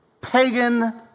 pagan